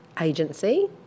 agency